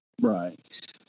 Right